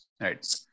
Right